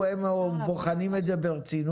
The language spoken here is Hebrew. הם בוחנים את זה ברצינות.